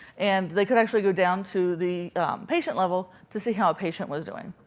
and they could actually go down to the patient level to see how a patient was doing,